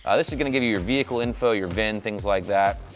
ah this is going to give you your vehicle info, your vin, things like that.